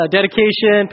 dedication